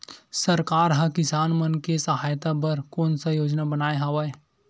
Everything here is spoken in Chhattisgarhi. सरकार हा किसान मन के सहायता बर कोन सा योजना बनाए हवाये?